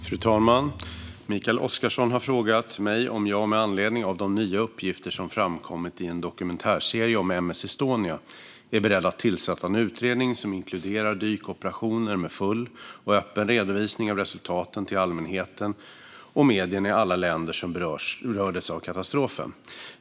Fru talman! Mikael Oscarsson har frågat mig om jag med anledning av de nya uppgifter som framkommit i en dokumentärserie om M/S Estonia är beredd att tillsätta en utredning som inkluderar dykoperationer med full och öppen redovisning av resultaten till allmänheten och medierna i alla länder som berördes av katastrofen.